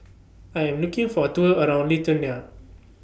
I Am looking For A Tour around Lithuania